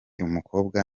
umukobwa